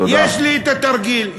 יש לי את התרגיל,